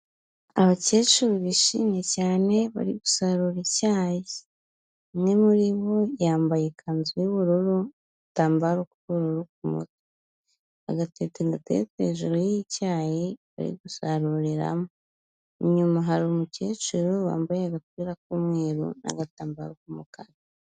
Abakecuru bishimye cyane bari gusarura icyayi, umwe muri bo yambaye ikanzu y'ubururu, agatambaro k'ubururu ku mutwe, agatete gateretse hejuru y'icyayi bari gusaruriramo, inyuma hari umukecuru wambaye agapira k'umweru n'agatambaro k'umukara.